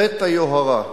חטא היוהרה.